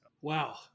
Wow